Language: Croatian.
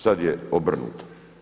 Sad je obrnuto.